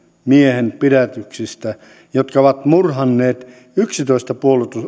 miehen pidätyksistä he ovat murhanneet yksitoista